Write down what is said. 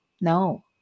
No